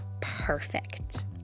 perfect